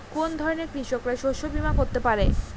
কোন ধরনের কৃষকরা শস্য বীমা করতে পারে?